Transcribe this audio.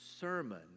sermon